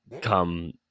come –